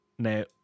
No